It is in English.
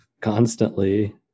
constantly